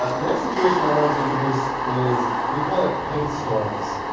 ah the next situation i want to introduce is we call it paint storms.